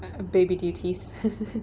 baby duties